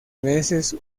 veces